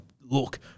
look